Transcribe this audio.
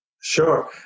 Sure